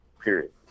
period